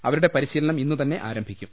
അവ രുടെ പരി ശീ ലനം ഇന്നുതന്നെ ആരംഭിക്കും